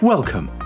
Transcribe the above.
Welcome